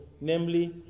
namely